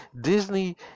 Disney